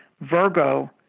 Virgo